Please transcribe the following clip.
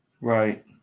Right